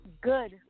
good